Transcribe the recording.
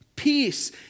Peace